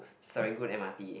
Serangoon m_r_t